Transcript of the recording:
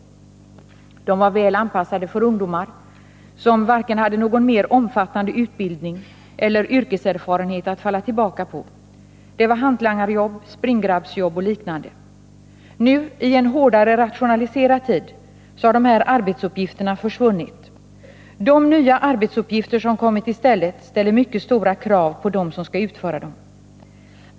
De var väl anpassade för ungdomar som hade varken någon mer omfattande utbildning eller yrkeserfarenhet att falla tillbaka på. Det var hantlangarjobb, springgrabbsjobb och liknande. Nu — i en hårdare rationaliserad tid — har de här arbetsuppgifterna försvunnit. De nya arbetsuppgifterna som kommit ställer mycket stora krav på dem som skall utföra arbetet.